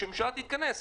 כשהממשלה תתכנס,